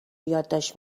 یادداشت